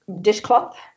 dishcloth